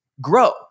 grow